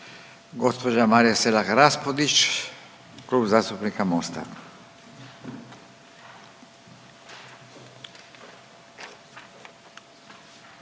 Gđa. Marija Selak Raspudić, Klub zastupnika Mosta.